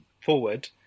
forward